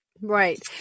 Right